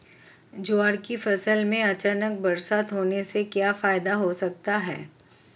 ज्वार की फसल में अचानक बरसात होने से क्या फायदा हो सकता है?